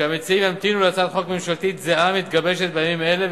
שהמציעים ימתינו להצעת חוק ממשלתית זהה המתגבשת בימים אלה,